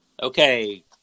Okay